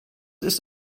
ist